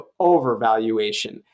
overvaluation